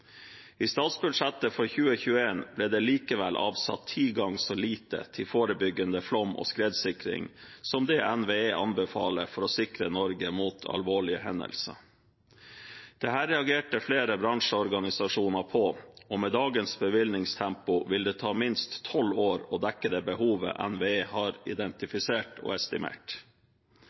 I statsbudsjettet for 2021 ble det likevel avsatt ti ganger mindre til forebyggende flom- og skredsikring enn det NVE anbefaler for å sikre Norge mot alvorlige hendelser. Dette reagerte flere bransjeorganisasjoner på, og med dagens bevilgningstempo vil det ta minst tolv år å dekke det behovet NVE har identifisert og estimert.